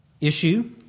issue